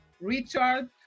Richard